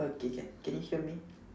okay can can you hear me